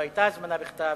לא היתה הזמנה בכתב,